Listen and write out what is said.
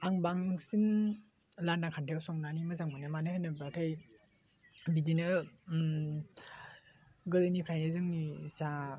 आं बांसिन लान्दा खान्दायाव संनानै मोजां मोनो मानो होनोब्लाथाय बिदिनो गोदोनिफ्रायनो जोंनि जा